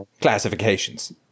classifications